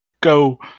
go